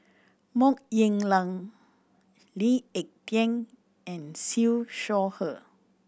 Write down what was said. Mok Ying Jang Lee Ek Tieng and Siew Shaw Her